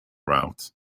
routes